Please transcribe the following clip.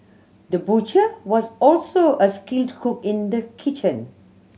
the butcher was also a skilled cook in the kitchen